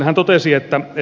hän totesi että ne